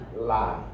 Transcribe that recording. Lie